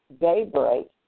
daybreak